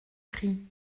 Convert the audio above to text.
cri